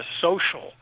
social